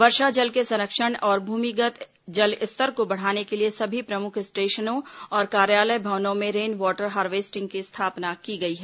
वर्षा जल के संरक्षण और भूमिगत जल स्तर को बढ़ाने के लिए सभी प्रमुख स्टेशनों और कार्यालय भवनों में रेन वाटर हार्वेस्टिंग की स्थापना की गई है